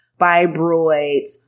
fibroids